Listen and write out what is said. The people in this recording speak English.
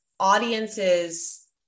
Audience's